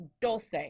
Dulce